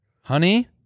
Honey